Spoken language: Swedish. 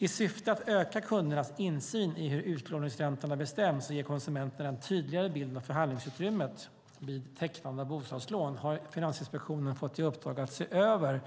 I syfte att öka kundernas insyn i hur utlåningsräntorna bestäms och ge konsumenterna en tydligare bild av förhandlingsutrymmet vid tecknande av bostadslån har Finansinspektionen fått i uppdrag att se över